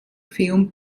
film